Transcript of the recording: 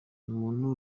umuntu